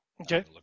Okay